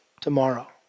tomorrow